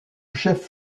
chef